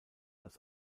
als